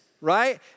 right